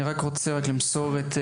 אני רק רוצה רק למסור את,